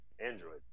Android